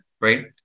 right